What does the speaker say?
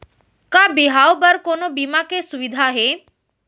का बिहाव बर कोनो बीमा के सुविधा हे?